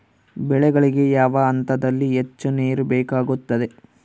ಬೆಳೆಗಳಿಗೆ ಯಾವ ಹಂತದಲ್ಲಿ ಹೆಚ್ಚು ನೇರು ಬೇಕಾಗುತ್ತದೆ?